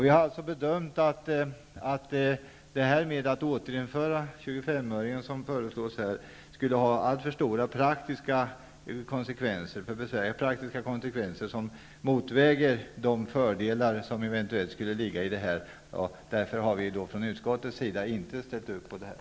Vi har alltså i utskottet bedömt att återinförande av 25-öringen, som föreslås i motionen, skulle få alltför stora praktiska konsekvenser som motverkar de fördelar som eventuellt skulle föreligga. Därför har vi från utskottets sida inte kunnat tillstyrka motionen.